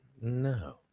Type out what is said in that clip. No